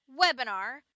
webinar